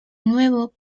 nuevo